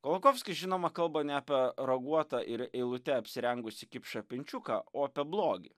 kolokovskis žinoma kalba ne apie raguotą ir eilute apsirengusį kipšą pinčiuką o apie blogį